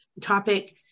topic